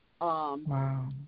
Wow